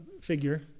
figure